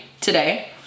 today